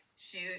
shoot